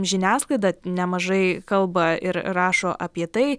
žiniasklaida nemažai kalba ir rašo apie tai